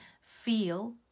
feel